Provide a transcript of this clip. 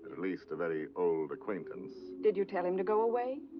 least a very old acquaintance. did you tell him to go away?